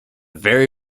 very